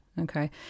Okay